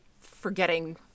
forgetting